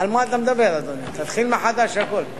על מה אתה מדבר, אדוני, תתחיל מחדש הכול.